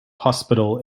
hospital